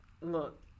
Look